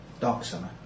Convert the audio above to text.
Darksummer